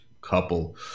couple